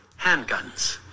handguns